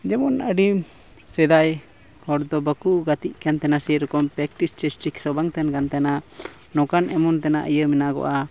ᱡᱮᱢᱚᱱ ᱟᱹᱰᱤ ᱥᱮᱫᱟᱭ ᱦᱚᱲ ᱫᱚ ᱵᱟᱠᱚ ᱜᱟᱛᱮᱜ ᱠᱟᱱ ᱛᱟᱦᱮᱱᱟ ᱥᱮᱨᱚᱠᱚᱢ ᱛᱮ ᱯᱨᱮᱠᱴᱤᱥ ᱪᱮᱥᱴᱤᱠ ᱦᱚᱸ ᱵᱟᱝ ᱛᱟᱦᱮᱱ ᱠᱟᱱ ᱛᱟᱦᱮᱱᱟ ᱱᱚᱝᱠᱟᱱ ᱮᱢᱟᱱ ᱛᱮᱱᱟᱜ ᱤᱭᱟᱹ ᱢᱮᱱᱟᱜᱚᱜᱼᱟ